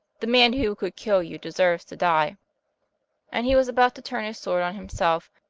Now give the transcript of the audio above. the man who could kill you deserves to die and he was about to turn his sword on himself,